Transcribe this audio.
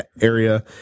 area